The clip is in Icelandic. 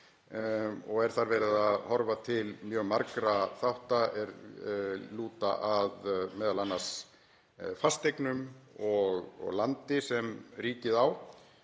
og er þar verið að horfa til mjög margra þátta er lúta að m.a. fasteignum og landi sem ríkið á